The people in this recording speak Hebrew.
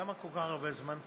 למה כל כך הרבה זמן?